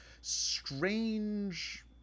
strange